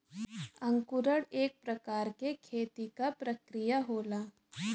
अंकुरण एक प्रकार क खेती क प्रक्रिया होला